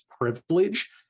privilege